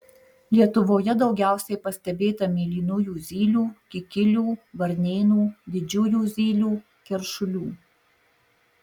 lietuvoje daugiausiai pastebėta mėlynųjų zylių kikilių varnėnų didžiųjų zylių keršulių